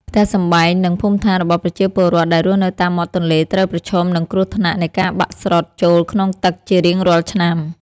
ផ្ទះសម្បែង និង ភូមិដ្ឋានរបស់ប្រជាពលរដ្ឋដែលរស់នៅតាមមាត់ទន្លេត្រូវប្រឈមនឹងគ្រោះថ្នាក់នៃការបាក់ស្រុតចូលក្នុងទឹកជារៀងរាល់ឆ្នាំ។